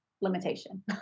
limitation